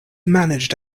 managed